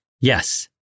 Yes